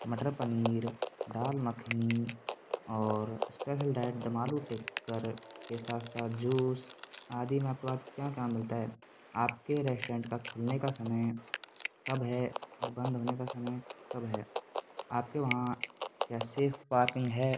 मटर पनीर दाल मखनी और special diet dum aloo tikkar के साथ साथ जूस आदि में आपके वहाँ क्या क्या मिलता है आपके रेश्टोरेंट का खुलने का समय कब है और बंद होने का समय कब है आपके वहाँ क्या सेफ़ पार्किंग है